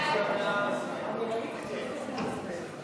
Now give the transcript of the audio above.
ההצעה להעביר את הצעת חוק המקרקעין (תיקון,